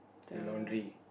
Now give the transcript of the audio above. the laundry